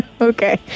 Okay